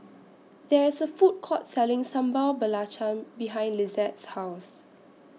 There IS A Food Court Selling Sambal Belacan behind Lizette's House